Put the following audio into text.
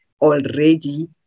already